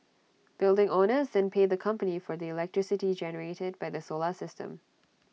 building owners then pay the company for the electricity generated by the solar system